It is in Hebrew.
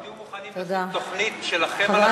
אתם תהיו מוכנים לשים תוכנית שלכם?